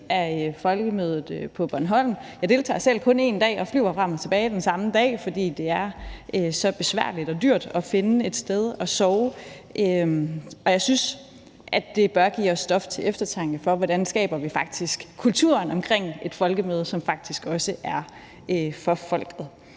af Folkemødet på Bornholm. Jeg deltager selv kun én dag og flyver frem og tilbage den samme dag, fordi det er så besværligt og dyrt at finde et sted at sove. Og jeg synes, at det bør give os stof til eftertanke, i forhold til hvordan vi skaber kulturen omkring et folkemøde, som faktisk også er for folket.